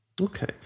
Okay